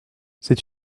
c’est